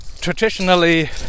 traditionally